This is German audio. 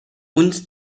uns